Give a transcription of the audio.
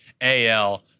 AL